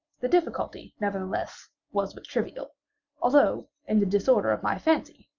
the difficulty, nevertheless, was but trivial although, in the disorder of my fancy,